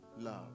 love